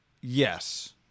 Yes